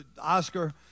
Oscar